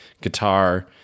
guitar